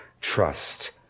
Trust